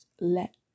let